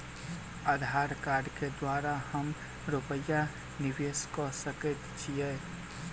आधार कार्ड केँ द्वारा हम रूपया निवेश कऽ सकैत छीयै?